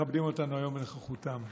שמכבדים אותנו היום בנוכחותם,